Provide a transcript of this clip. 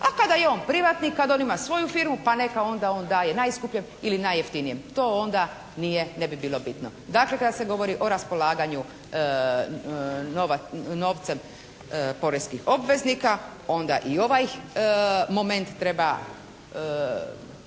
A kada je on privatnik, kada on ima svoju firmu pa neka onda on daje najskupljem ili najjeftinijem. To onda nije, ne bi bilo bitno. Dakle kada se govori o raspolaganju novcem poreskih obveznika onda i ovaj moment treba